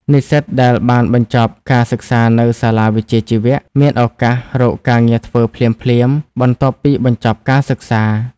និស្សិតដែលបានបញ្ចប់ការសិក្សានៅ សាលាវិជ្ជាជីវៈ មានឱកាស រកការងារធ្វើភ្លាមៗ បន្ទាប់ពីបញ្ចប់ការសិក្សា។